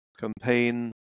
campaign